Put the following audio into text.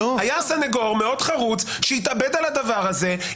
היה סנגור מאוד חרוץ שהתאבד על הדבר הזה,